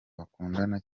bakundana